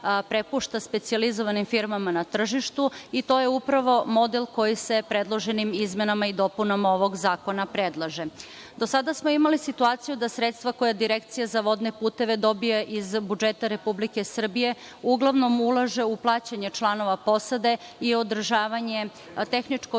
prepušta specijalizovanim firmama na tržištu i to je upravo model koji se predloženim izmenama i dopunama ovog zakona predlaže. Do sada smo imali situaciju da sredstva koja Direkcija za vodne puteve dobija iz budžeta Republike Srbije uglavnom ulaže u plaćanje članova posade i tehničko održavanje